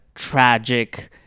Tragic